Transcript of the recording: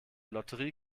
lotterie